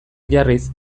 jarriz